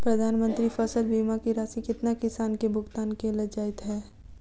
प्रधानमंत्री फसल बीमा की राशि केतना किसान केँ भुगतान केल जाइत है?